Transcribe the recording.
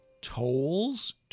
Tolls